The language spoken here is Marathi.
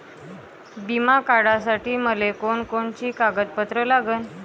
बिमा काढासाठी मले कोनची कोनची कागदपत्र लागन?